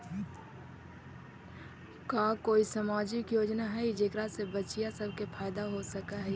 का कोई सामाजिक योजना हई जेकरा से बच्चियाँ सब के फायदा हो सक हई?